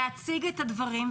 להציג את הדברים,